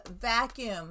vacuum